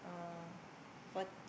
uh